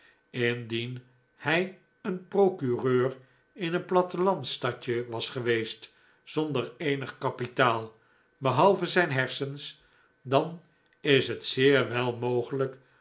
indien hij een procureur in een plattelandsstadje was geweest zonder eenig kapitaal behalve zijn hersens dan is het zeer wel mogelijk